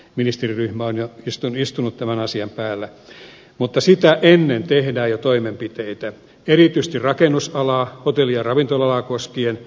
ministeriryhmä on jo istunut tämän asian päällä mutta sitä ennen tehdään jo toimenpiteitä erityisesti rakennusalaa hotelli ja ravintola alaa koskien